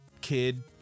kid